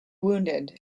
wounded